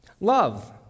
Love